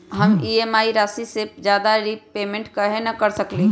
हम ई.एम.आई राशि से ज्यादा रीपेमेंट कहे न कर सकलि ह?